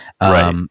Right